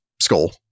Skull